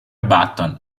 button